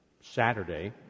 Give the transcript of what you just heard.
Saturday